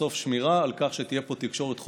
בסוף שמירה על כך שתהיה פה תקשורת חופשית,